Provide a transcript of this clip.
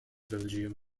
belgium